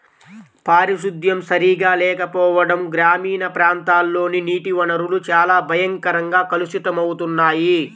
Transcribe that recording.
పారిశుద్ధ్యం సరిగా లేకపోవడం గ్రామీణ ప్రాంతాల్లోని నీటి వనరులు చాలా భయంకరంగా కలుషితమవుతున్నాయి